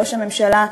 ראש הממשלה,